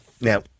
Now